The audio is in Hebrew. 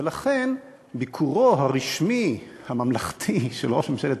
ולכן ביקורו הרשמי הממלכתי של ראש ממשלת